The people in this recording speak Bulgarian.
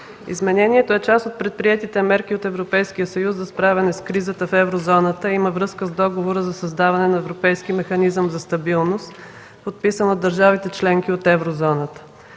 Изменението е част от предприетите мерки от Европейския съюз за справяне с кризата в Еврозоната и има връзка с Договора за създаване на Европейски механизъм за стабилност, подписан от държавите-членки от Еврозоната.